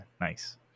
nice